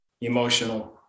emotional